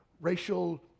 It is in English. racial